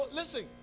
listen